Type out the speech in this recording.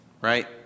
Right